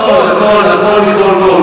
הכול מכול כול.